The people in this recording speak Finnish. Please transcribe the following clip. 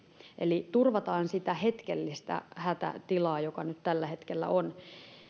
eli turvataan sitä hetkellistä hätätilaa joka nyt tällä hetkellä on kun